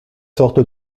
sortes